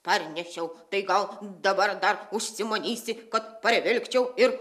parnešiau tai gal dabar dar užsimanysi kad parvilkčiau ir